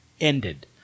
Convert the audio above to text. ended